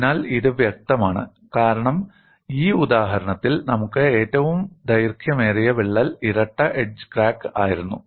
അതിനാൽ ഇത് വ്യക്തമാണ് കാരണം ഈ ഉദാഹരണത്തിൽ നമുക്ക് ഏറ്റവും ദൈർഘ്യമേറിയ വിള്ളൽ ഇരട്ട എഡ്ജ് ക്രാക്ക് ആയിരുന്നു